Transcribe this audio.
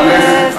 א.